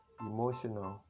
emotional